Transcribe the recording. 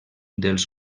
dels